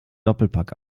doppelpack